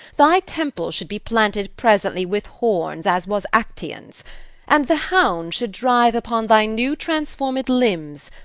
thy temples should be planted presently with horns, as was actaeon's and the hounds should drive upon thy new-transformed limbs,